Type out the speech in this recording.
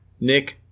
Nick –